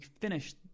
finish